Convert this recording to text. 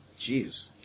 Jeez